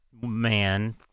man